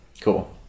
Cool